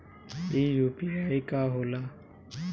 ई यू.पी.आई का होला?